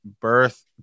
birth